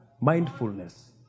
Mindfulness